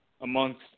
amongst